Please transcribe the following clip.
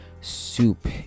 soup